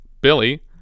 Billy